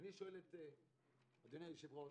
אני שואל את אדוני היושב-ראש,